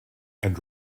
and